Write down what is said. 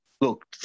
Look